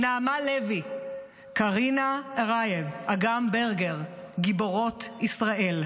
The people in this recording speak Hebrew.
נעמה לוי, קארינה ארייב, אגם ברגר, גיבורות ישראל.